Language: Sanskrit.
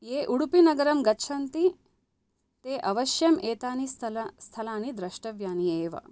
ये उडुपि नगरं गच्छन्ति ते अवश्यं एतानि स्थलानि द्रष्टव्यानि एव